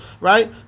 right